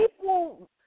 people